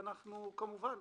כמובן,